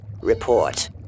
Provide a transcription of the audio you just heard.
Report